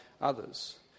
others